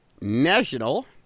National